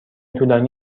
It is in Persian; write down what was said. طولانی